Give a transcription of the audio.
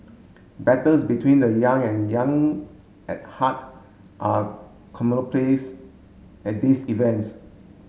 battles between the young and young at heart are commonplace at these events